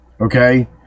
Okay